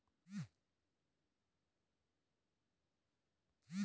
పన్ను శ్లాబుల్లో మార్పుల కోసం ఎంతో ఆశతో ఉద్యోగులు బడ్జెట్ గురించి ఆసక్తిగా ఉన్నారు